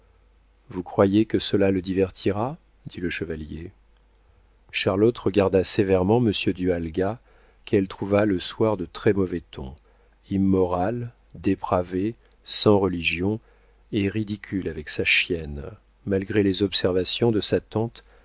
vous croyez que cela le divertira dit le chevalier charlotte regarda sévèrement monsieur du halga qu'elle trouva le soir de très mauvais ton immoral dépravé sans religion et ridicule avec sa chienne malgré les observations de sa tante